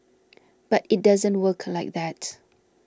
but it doesn't work like that